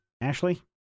Ashley